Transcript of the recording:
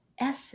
essence